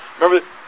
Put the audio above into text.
Remember